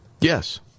Yes